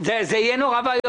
זה יהיה נורא ואיום.